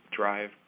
drive